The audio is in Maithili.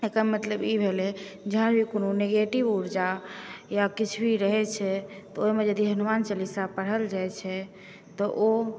एकर मतलब ई भेलै जहाँ भी कोनो निगेटिव ऊर्जा या किछु भी रहै छै तऽ ओहिमे यदि हनुमान चालीसा पढ़ल जाइ छै तऽ ओ